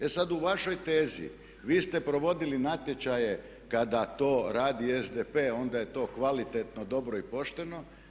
E sad u vašoj tezi vi ste provodili natječaje kada to radi SDP onda je to kvalitetno, dobro i pošteno.